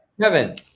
Kevin